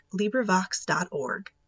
LibriVox.org